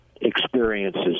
experiences